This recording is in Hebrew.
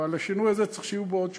אבל לשינוי הזה צריך שיהיו עוד שותפים,